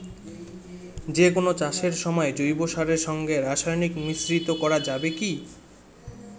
যে কোন চাষের সময় জৈব সারের সঙ্গে রাসায়নিক মিশ্রিত করা যাবে কি?